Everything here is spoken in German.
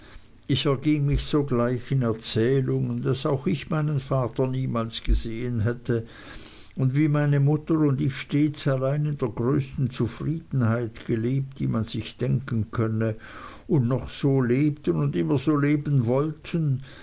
ich erging mich sogleich in erzählungen daß auch ich meinen vater niemals gesehen hätte und wie meine mutter und ich stets allein in der größten zufriedenheit gelebt die man sich denken könnte und noch so lebten und immer so leben wollten